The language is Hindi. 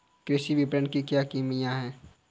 कृषि विपणन की क्या कमियाँ हैं?